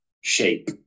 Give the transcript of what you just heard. shape